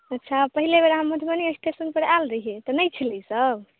पहिले अच्छा पहिले बेर मधुबनी स्टेशन पर आयल रहियै तऽ नहि छलै ई सभ